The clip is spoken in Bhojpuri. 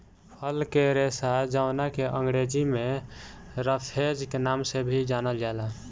फल के रेशा जावना के अंग्रेजी में रफेज के नाम से भी जानल जाला